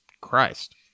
Christ